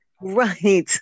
Right